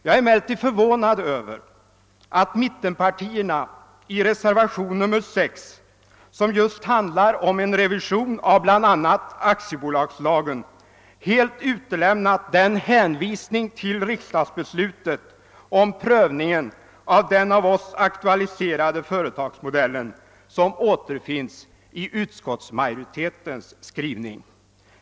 Jag är emellertid förvånad över att mittenpartierna i reservationen 6, som just handlar om en revision av bl.a. aktiebolagslagen, helt utelämnat den hänvisning till riksdagsbeslutet om prövning av den av oss aktualiserade företagsmodellen som återfinns i utskottsmajoritetens skrivning.